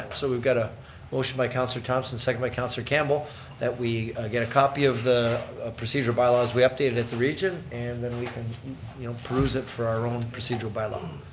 so we've got a motion by councilor thomson, seconded by councilor campbell that we get a copy of the procedural bylaws we updated at the region and then we can peruse it for our own procedural bylaw.